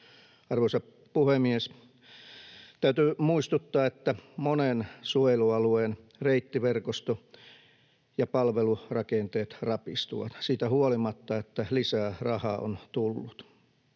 Arvoisa puhemies! Täytyy muistuttaa, että monen suojelualueen reittiverkosto ja palvelurakenteet rapistuvat siitä huolimatta, että lisää rahaa on tullut.